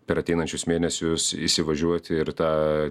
per ateinančius mėnesius įsivažiuoti ir tą